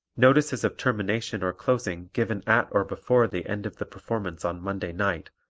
notices of termination or closing given at or before the end of the performance on monday night,